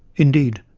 indeed,